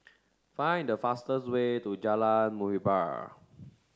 find the fastest way to Jalan Muhibbah